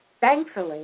Thankfully